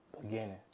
beginning